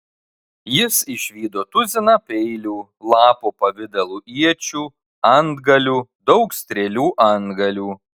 jis išvydo tuziną peilių lapo pavidalo iečių antgalių daug strėlių antgalių